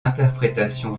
interprétations